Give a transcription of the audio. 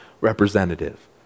representative